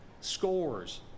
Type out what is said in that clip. Scores